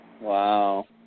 Wow